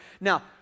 Now